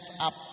up